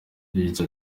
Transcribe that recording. yagize